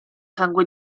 sangue